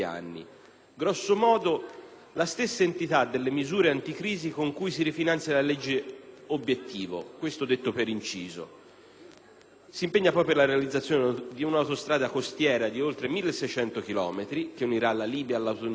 grosso modo la stessa entità delle misure anticrisi con cui si rifinanzia la legge obiettivo (questo detto per inciso). Si impegna poi per la realizzazione di un'autostrada costiera di oltre 1.600 chilometri, che unirà la Libia alla Tunisia da una